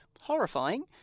horrifying